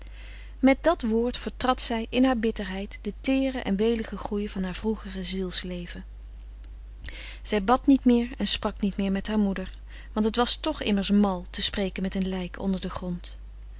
met dat woord vertrad zij in haar bitterheid den teeren en weligen groei van haar vroegere ziels leven zij bad niet meer en sprak niet meer met haar moeder want het was toch immers mal te spreken met een lijk onder den grond